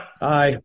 Aye